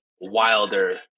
wilder